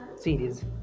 series